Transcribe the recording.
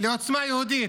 לעוצמה יהודית: